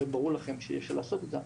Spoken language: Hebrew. הרי ברור לכם שאי אפשר לעשות את זה,